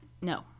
No